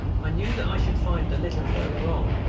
i knew that i should find a little further on,